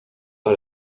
pas